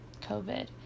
COVID